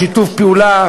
נפעל בשיתוף פעולה,